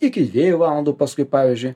iki dviejų valandų paskui pavyzdžiui